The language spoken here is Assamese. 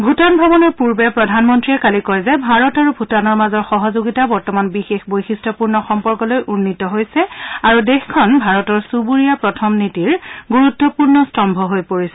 ভূটান ভ্ৰমণৰ পূৰ্বে প্ৰধানমন্ত্ৰীয়ে কালি কয় যে ভাৰত আৰু ভূটানৰ মাজৰ সহযোগিতা বৰ্তমান বিশেষ বৈশিষ্টপূৰ্ণ সম্পৰ্কলৈ উন্নীত হৈছে আৰু দেশখন ভাৰতৰ চুবুৰীয়া প্ৰথম নীতি ণুৰুত্বপূৰ্ণ স্তম্ভ হৈ পৰিছে